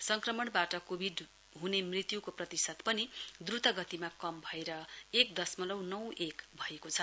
संक्रमणबाट ह्ने मृत्युको प्रतिशत पनि द्रुतगतिमा कम भएर एक दशमलउ नौ एक भएको छ